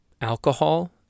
alcohol